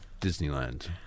Disneyland